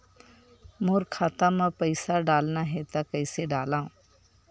मोर खाता म पईसा डालना हे त कइसे डालव?